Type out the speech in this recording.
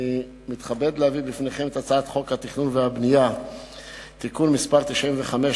אני מתכבד להביא בפניכם את הצעת חוק התכנון והבנייה (תיקון מס' 95),